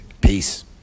peace